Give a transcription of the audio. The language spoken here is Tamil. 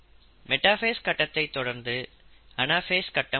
மெட்டாஃபேஸ் கட்டத்தை தொடர்ந்து அனாஃபேஸ் கட்டம் நடக்கும்